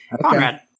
Conrad